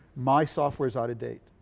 my software is out of date.